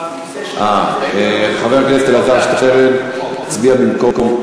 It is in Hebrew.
חבר הכנסת אלעזר שטרן הצביע במקום,